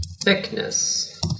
thickness